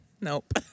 Nope